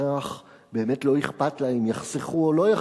ולפיכך באמת לא אכפת לה אם יחסכו או לא יחסכו.